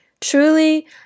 truly